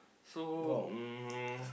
so um